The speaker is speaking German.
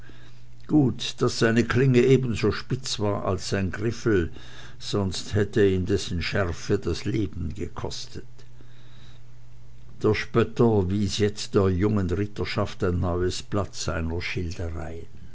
gut daß seine klinge ebenso spitz war als sein griffel sonst hätte ihm dessen schärfe das leben gekostet der spötter wies jetzt der jungen ritterschaft ein neues blatt seiner schildereien